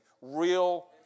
real